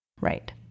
Right